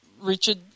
Richard